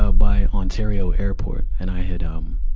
ah by ontario airport. and i had, um